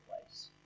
place